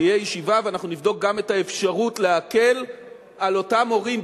תהיה ישיבה ואנחנו נבדוק גם את האפשרות להקל על אותם הורים,